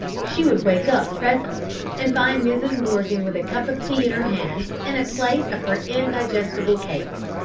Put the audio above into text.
she would wake up presently and find mrs. morgan with a cup of tea in her hand and a plate of her indigestible cakes.